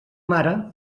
mare